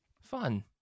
Fun